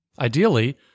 ideally